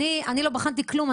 אני לא בחנתי כלום.